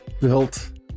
built